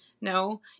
no